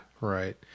Right